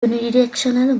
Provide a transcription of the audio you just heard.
unidirectional